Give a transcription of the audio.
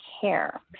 care